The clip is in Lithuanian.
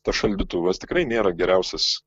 tas šaldytuvas tikrai nėra geriausias